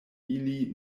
ili